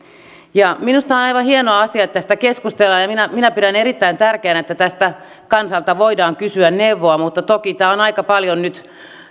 minusta on aivan hieno asia että tästä keskustellaan ja minä minä pidän erittäin tärkeänä että tästä kansalta voidaan kysyä neuvoa mutta toki tämä on aika paljon nyt